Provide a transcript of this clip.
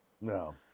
No